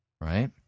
Right